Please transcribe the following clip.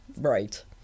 Right